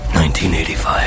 1985